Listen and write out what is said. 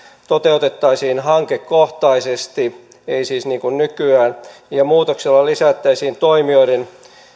toteutettaisiin hankekohtaisesti ei siis niin kuin nykyään ja muutoksella lisättäisiin toimijoiden